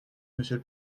monsieur